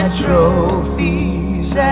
trophies